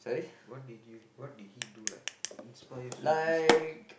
what did you what did he do like inspires you this much